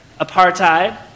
apartheid